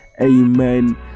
Amen